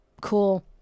Cool